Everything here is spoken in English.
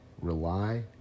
rely